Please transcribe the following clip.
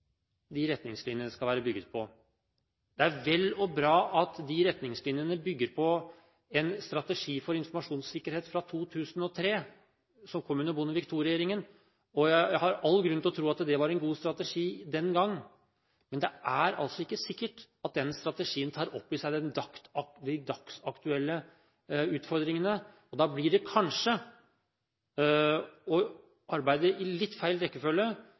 de retningslinjene skal være bygget på. Det er vel og bra at de retningslinjene bygger på en strategi for informasjonssikkerhet fra 2003, som kom under Bondevik II-regjeringen. Jeg har all grunn til å tro at det var en god strategi den gangen, men det er altså ikke sikkert at den strategien tar opp i seg de dagsaktuelle utfordringene. Da blir det kanskje å arbeide i litt feil rekkefølge